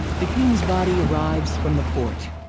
the king's body arrives from the port.